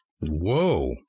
Whoa